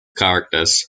characters